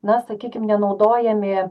na sakykim nenaudojami